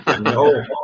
No